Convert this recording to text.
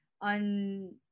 On